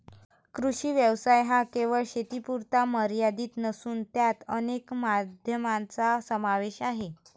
कृषी व्यवसाय हा केवळ शेतीपुरता मर्यादित नसून त्यात अनेक माध्यमांचा समावेश आहे